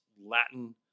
Latin